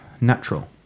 Natural